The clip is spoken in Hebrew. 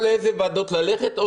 אנחנו מחליטים לאיזה ועדות ללכת או